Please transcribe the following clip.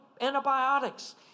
antibiotics